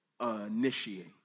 initiate